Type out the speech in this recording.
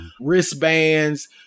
wristbands